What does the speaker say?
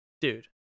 Dude